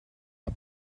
the